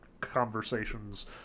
conversations